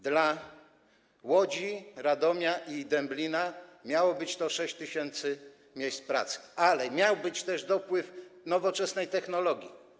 Dla Łodzi, Radomia i Dęblina miało być 6 tys. miejsc pracy, ale miał być też dopływ nowoczesnej technologii.